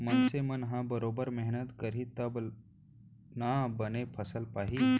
मनसे मन ह बरोबर मेहनत करही तब ना बने फसल पाही